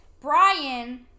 Brian